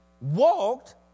walked